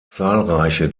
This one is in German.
zahlreiche